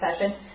session